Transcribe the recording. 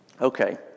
Okay